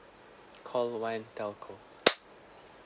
call one telco